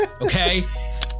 Okay